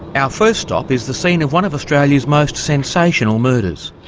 our first stop is the scene of one of australia's most sensational murders.